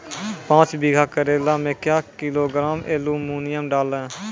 पाँच बीघा करेला मे क्या किलोग्राम एलमुनियम डालें?